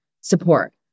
support